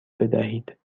بدهید